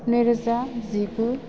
नैरोजा जिगु